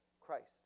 Christ